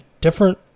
different